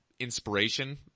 inspiration